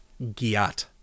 Giat